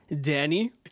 Danny